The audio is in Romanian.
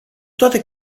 toate